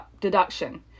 deduction